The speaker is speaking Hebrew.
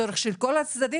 צורך של כל הצדדים.